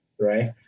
right